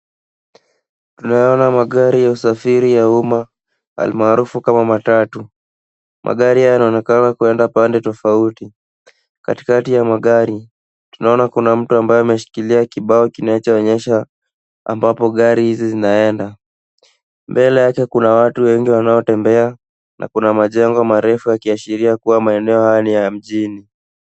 Tunayaona magari ya usafiri ya umma al-maarufu kama matatu. Magari hayo yanaonekana kwenda pande tofauti. Katikati ya magari, tunaona kuna mtu ambaye ameshikilia kibao kinachoonyesha ambapo gari hizi zinaenda. Mbele acha kuna watu wengi wanaotembea na kuna majengo marefu yakiashiria kuwa maeneo haya ya mjini.